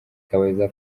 kabayiza